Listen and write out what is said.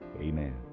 amen